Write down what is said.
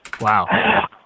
Wow